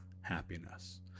happiness